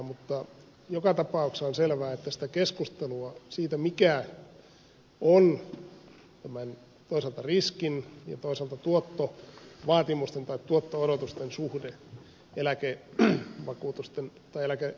mutta joka tapauksessa on selvää että sitäkin keskustelua mikä on toisaalta riskin ja toisaalta tuottovaatimusten tai tuotto odotusten suhde eläkerahastojen osalta pitäisi käydä tässä salissa